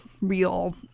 real